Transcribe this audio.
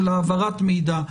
של העברת מידע,